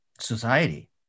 society